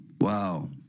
Wow